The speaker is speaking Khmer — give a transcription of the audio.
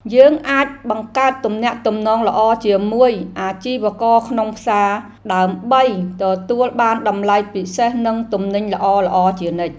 យើងអាចបង្កើតទំនាក់ទំនងល្អជាមួយអាជីវករក្នុងផ្សារ ដើម្បីទទួលបានតម្លៃពិសេសនិងទំនិញល្អៗជានិច្ច។